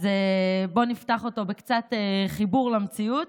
אז בואו נפתח אותו בקצת חיבור למציאות,